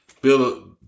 build